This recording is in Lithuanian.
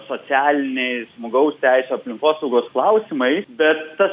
socialiniais žmogaus teisių aplinkosaugos klausimais bet tas